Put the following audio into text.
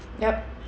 yup